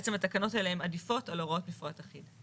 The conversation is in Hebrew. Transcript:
בעצם התקנות האלה הן עדיפות על הוראות מפרט אחיד.